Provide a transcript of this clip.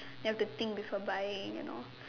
you have to think before buying you know